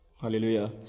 Hallelujah